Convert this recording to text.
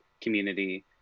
community